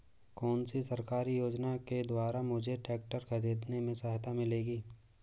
कौनसी सरकारी योजना के द्वारा मुझे ट्रैक्टर खरीदने में सहायता मिलेगी?